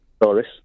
Doris